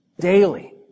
daily